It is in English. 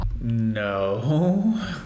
No